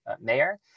mayor